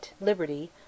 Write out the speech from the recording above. liberty